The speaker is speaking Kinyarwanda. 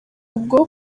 ubwo